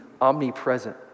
omnipresent